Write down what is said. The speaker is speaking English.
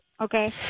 Okay